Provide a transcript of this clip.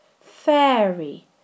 fairy